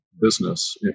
business